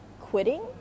quitting